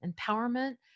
Empowerment